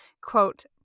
quote